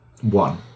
one